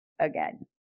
again